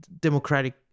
democratic